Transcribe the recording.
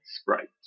Sprites